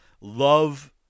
love